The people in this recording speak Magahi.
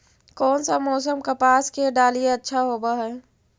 कोन सा मोसम कपास के डालीय अच्छा होबहय?